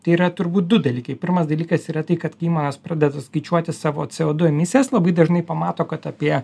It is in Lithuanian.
tai yra turbūt du dalykai pirmas dalykas yra tai kad kai įmonės pradeda skaičiuoti savo c o du emisijas labai dažnai pamato kad apie